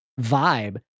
vibe